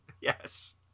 Yes